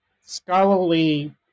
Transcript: scholarly